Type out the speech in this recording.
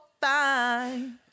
fine